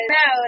no